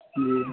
جی